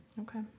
Okay